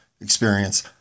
experience